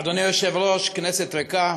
אדוני היושב-ראש, כנסת ריקה,